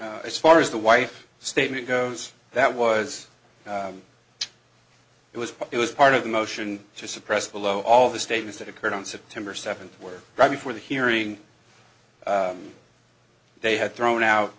case as far as the wife statement goes that was it was it was part of the motion to suppress the low all the statements that occurred on september seventh where right before the hearing they had thrown out